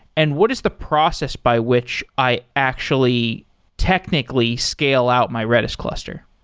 and what is the process by which i actually technically scale out my redis cluster?